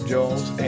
Jones